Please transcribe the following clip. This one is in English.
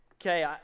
Okay